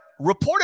reportedly